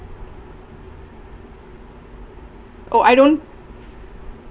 oh I don't